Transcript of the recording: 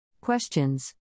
Questions